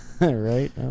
Right